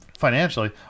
financially